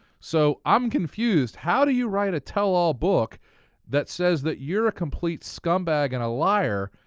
so i'm confused. how do you write a tell-all book that says that you're a complete scumbag and a liar,